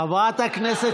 חברת הכנסת